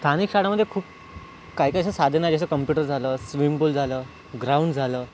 स्थानिक शाळेमध्ये खूप काही काही असे साधनं जसे कम्प्युटर झालं स्विमिंग पूल झालं ग्राऊंड झालं